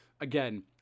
again